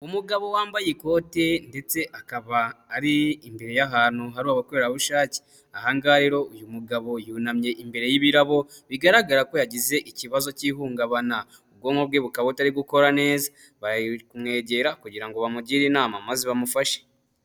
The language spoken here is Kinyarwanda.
Umugabo wambaye ikoti ndetse akaba ari imbere y'ahantu hari abakorerabushake, ahangahe rero uyu mugabo yunamye imbere y'ibirabo bigaragara ko yagize ikibazo cy'ihungabana ubwonko bwe bukaba butari gukora neza, bari kumwegera kugira ngo bamugire inama maze bamufashe.